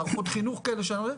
מערכות חינוך כאלה,